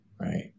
right